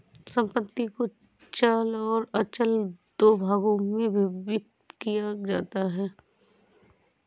संपत्ति को चल और अचल दो भागों में विभक्त किया जाता है